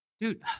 Dude